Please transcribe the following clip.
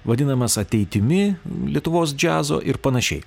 vadinamas ateitimi lietuvos džiazo ir panašiai